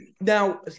Now